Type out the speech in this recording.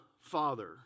Father